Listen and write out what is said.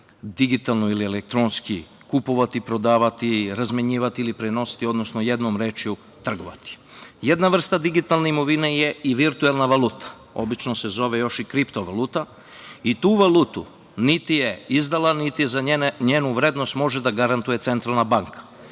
digitalno ili elektronski kupovati, prodavati, razmenjivati ili prenositi, odnosno jednom rečju trgovati. Jedna vrsta digitalne imovine je i virtuelna valuta. Obično se zove još i kripto-valuta i tu valutu niti je izdala, niti za njenu vrednost može da garantuje Centralna banka.